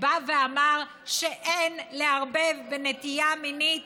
בא ואמר שאין לערבב בין נטייה מינית